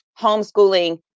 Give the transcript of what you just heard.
homeschooling